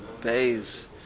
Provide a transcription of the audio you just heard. bays